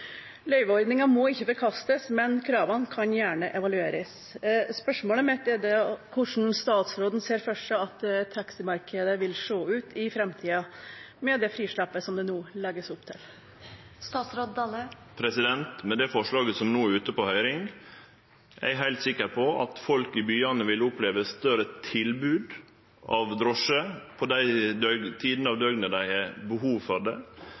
Løyveordningen må ikke forkastes, men kravene kan gjerne evalueres. Spørsmålet mitt er hvordan statsråden ser for seg at taximarkedet vil se ut i framtiden, med det frislippet som det nå legges opp til. Med det forslaget som no er ute på høyring, er eg heilt sikker på at folk i byane vil oppleve eit større tilbod av drosjer på dei tidene av døgnet dei har behov for det.